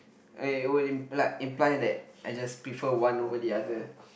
it would imply imply that I just prefer one over the other